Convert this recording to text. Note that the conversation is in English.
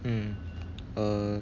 mm err